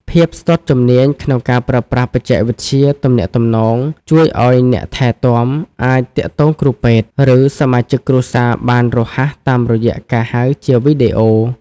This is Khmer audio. ភាពស្ទាត់ជំនាញក្នុងការប្រើប្រាស់បច្ចេកវិទ្យាទំនាក់ទំនង ជួយឱ្យអ្នកថែទាំអាចទាក់ទងគ្រូពេទ្យ ឬសមាជិកគ្រួសារបានរហ័សតាមរយៈការហៅជាវីដេអូ។